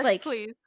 please